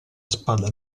spada